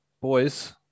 boys